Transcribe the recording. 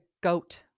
goat